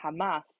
Hamas